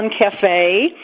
Cafe